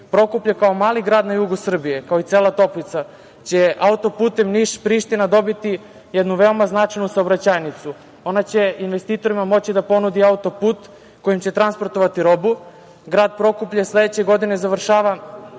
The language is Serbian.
kao mali grad na jugu Srbije, kao i cela Toplica će autoputem Niš-Priština dobiti jednu veoma značajnu saobraćajnicu. Ona će investitorima moći da ponudi autoput kojim će transportovati robu. Grad Prokuplje sledeće godine završava